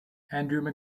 andrew